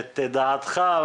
את דעתך,